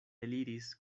eliris